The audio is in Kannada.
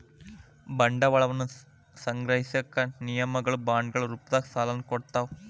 ಬಂಡವಾಳವನ್ನ ಸಂಗ್ರಹಿಸಕ ನಿಗಮಗಳ ಬಾಂಡ್ಗಳ ರೂಪದಾಗ ಸಾಲನ ಕೊಡ್ತಾವ